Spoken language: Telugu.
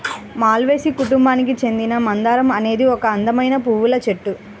మాల్వేసి కుటుంబానికి చెందిన మందారం అనేది ఒక అందమైన పువ్వుల చెట్టు